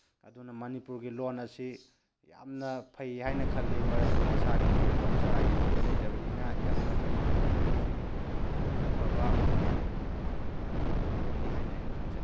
ꯑꯗꯨꯅ ꯃꯅꯤꯄꯨꯔꯒꯤ ꯂꯣꯜ ꯑꯁꯤ ꯌꯥꯝꯅ ꯐꯩ ꯍꯥꯏꯅ ꯈꯜꯂꯤ ꯃꯔꯝꯗꯤ ꯃꯁꯥꯒꯤ ꯀꯜꯆꯔ ꯑꯥꯏꯗꯦꯟꯇꯤꯇꯤ ꯂꯩꯖꯕꯅꯤꯅ ꯌꯥꯝꯅ ꯐꯩ ꯃꯁꯤ ꯌꯥꯝꯅ ꯐꯕ ꯂꯣꯜꯅꯤ ꯍꯥꯏꯅ ꯑꯩꯅ ꯈꯟꯖꯩ